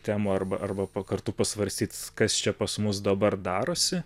temų arba arba kartu pasvarstyt kas čia pas mus dabar darosi